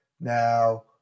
Now